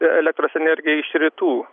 elektros energiją iš rytų